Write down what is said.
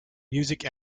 music